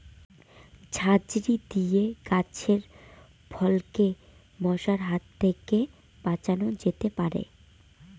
ঝাঁঝরি দিয়ে গাছের ফলকে মশার হাত থেকে বাঁচানো যেতে পারে?